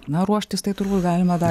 na ruoštis tai turbūt galima dar